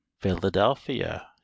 Philadelphia